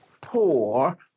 Poor